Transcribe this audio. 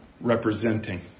representing